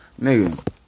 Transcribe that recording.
Nigga